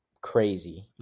crazy